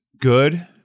good